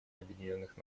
объединенных